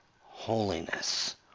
holiness